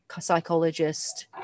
psychologist